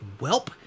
Welp